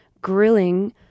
grilling